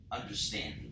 understanding